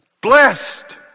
Blessed